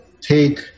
take